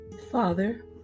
Father